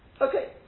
Okay